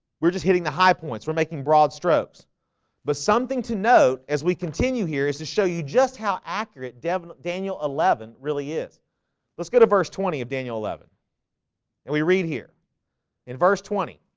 we're just hitting the high points we're making broad strokes but something to note as we continue here is to show you just how accurate devon daniel eleven really is let's go to verse twenty of daniel eleven and we read here in verse twenty